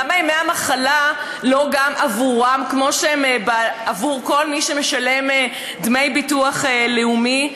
למה ימי המחלה הם לא עבורם כמו שהם עבור כל מי שמשלם דמי ביטוח לאומי?